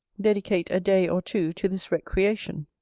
dedicate a day or two to this recreation.